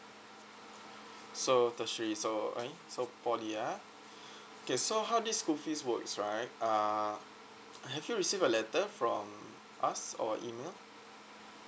so tertiary so so poly ah K so how this school fees works right uh have you receive a letter from us or email